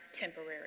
temporary